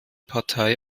partei